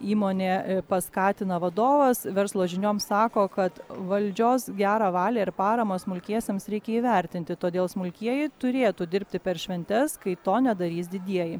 įmonė paskatina vadovas verslo žinioms sako kad valdžios gerą valią ir paramą smulkiesiems reikia įvertinti todėl smulkieji turėtų dirbti per šventes kai to nedarys didieji